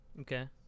okay